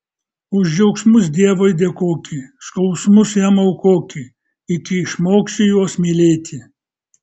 už džiaugsmus dievui dėkoki skausmus jam aukoki iki išmoksi juos mylėti